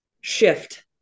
shift